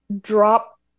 Drop